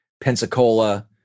Pensacola